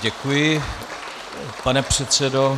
Děkuji, pane předsedo.